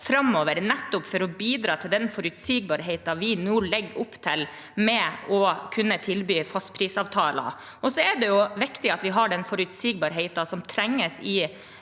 for å bidra til den forutsigbarheten vi nå legger opp til, med å kunne tilby fastprisavtaler. Det er viktig at vi har den forutsigbarheten som trengs i